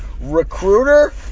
recruiter